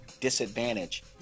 disadvantage